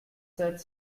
sept